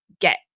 get